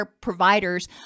providers